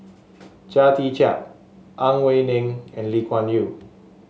Chia Tee Chiak Ang Wei Neng and Lee Kuan Yew